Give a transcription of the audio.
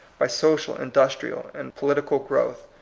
by social, indus trial, and political growth.